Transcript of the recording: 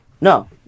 no